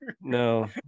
No